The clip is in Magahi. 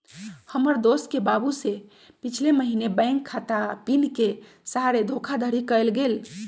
हमर दोस के बाबू से पिछले महीने बैंक खता आऽ पिन के सहारे धोखाधड़ी कएल गेल